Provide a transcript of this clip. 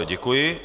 Děkuji.